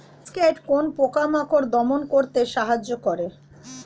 Cascade কোন পোকা মাকড় দমন করতে সাহায্য করে?